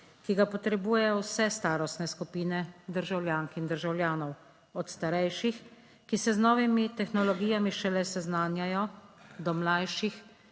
ki ga potrebujejo vse starostne skupine državljank in državljanov. Od starejših, ki se z novimi tehnologijami šele seznanjajo, do mlajših,